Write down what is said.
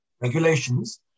regulations